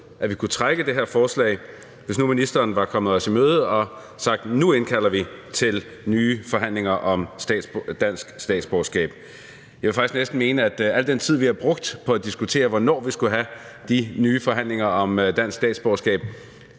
at vi kunne trække den her forespørgsel tilbage, hvis nu ministeren var kommet os i møde og havde sagt: Nu indkalder vi til nye forhandlinger om dansk statsborgerskab. Jeg vil faktisk næsten mene, at hvis vi havde brugt al den tid, vi har brugt på at diskutere, hvornår vi skulle have de nye forhandlinger om dansk statsborgerskab,